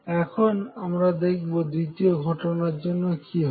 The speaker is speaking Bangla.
এখন আমরা দেখব দ্বিতীয় ঘটনার জন্য কি হবে